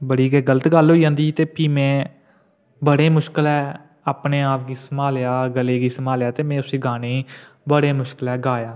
बड़ी गै गल्त गल्ल होई जंदी ते भी में बड़े मुश्कलै अपने आप गी सम्हालेआ गले गी सम्हालेआ ते में उसी गाने ई बड़े मुश्कलै गाया